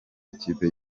ikipe